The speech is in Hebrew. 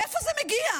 מאיפה זה מגיע?